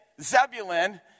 Zebulun